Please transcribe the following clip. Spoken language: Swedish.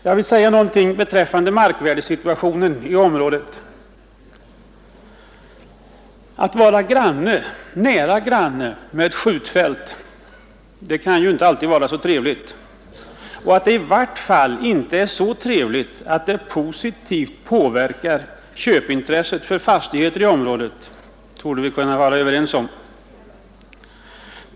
Jag vill även något beröra markvärdesituationen i området. Att vara nära granne med ett skjutfält kan inte alltid vara så trevligt. Att det i vart fall inte positivt påverkar köpintresset för fastigheter i området borde vi kunna vara överens om.